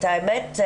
האמת,